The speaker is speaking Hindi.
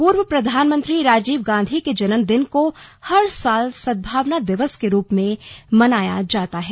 पूर्व प्रधानमंत्री राजीव गांधी के जन्मदिन को हर साल सदभावना दिवस के रूप में मनाया जाता है